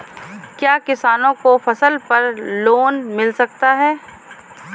क्या किसानों को फसल पर लोन मिल सकता है?